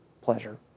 pleasure